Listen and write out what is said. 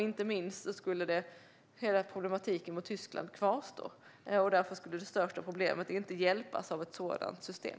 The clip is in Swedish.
Inte minst skulle hela problematiken mot Tyskland kvarstå. Därför skulle det största problemet inte avhjälpas av ett sådant system.